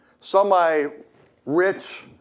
semi-rich